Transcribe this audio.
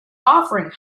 offering